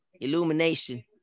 illumination